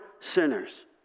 sinners